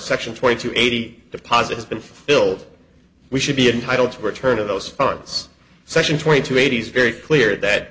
section twenty two eighty deposit has been fulfilled we should be entitled to return of those funds section twenty two eighty s very clear that